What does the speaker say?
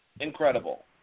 Incredible